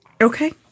Okay